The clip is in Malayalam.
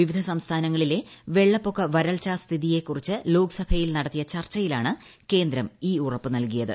വിവിധ സംസ്ഥാനങ്ങളിലെ വെള്ളപ്പൊക്ക വരൾച്ച സ്ഥിതിയെക്കുറിച്ച് ലോക്സഭയിൽ നടത്തിയ ചർച്ചയിലാണ് കേന്ദ്രം ഈ ഉറപ്പ് നൽകിയത്